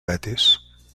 betis